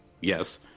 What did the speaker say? Yes